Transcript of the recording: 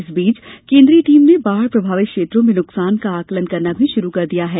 इस बीच केंद्रीय टीम ने बाढ़ प्रभावित क्षेत्रों में नुकसान का आंकलन करना भी शुरू कर दिया है